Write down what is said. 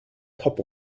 pop